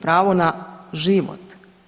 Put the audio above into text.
Pravo na život.